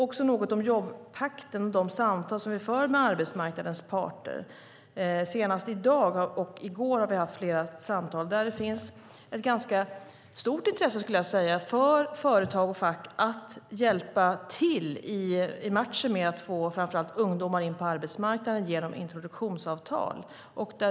När det gäller jobbpakten och de samtal som vi för med arbetsmarknadens parter har vi senast i dag och i går haft flera samtal, och det finns ett ganska stort intresse från företag och fack att hjälpa till i matchen med att få framför allt ungdomar in på arbetsmarknaden genom introduktionsavtal.